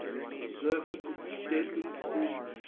surfeit of deadly sin,